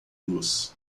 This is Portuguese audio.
los